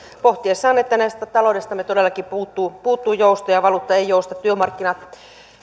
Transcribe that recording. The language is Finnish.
pohtiessaan että taloudestamme todellakin puuttuu puuttuu joustoja valuutta ei jousta työmarkkinat